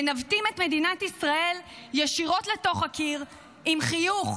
מנווטים את מדינת ישראל ישירות לתוך הקיר עם חיוך,